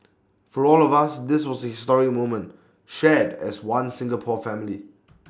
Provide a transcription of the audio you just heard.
for all of us this was A historic moment shared as One Singapore family